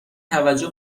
توجه